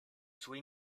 sue